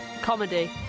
comedy